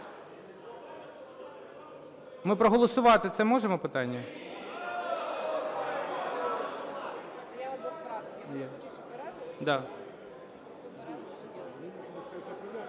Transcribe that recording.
Ми проголосувати це можемо питання?